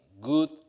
good